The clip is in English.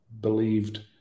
believed